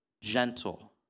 gentle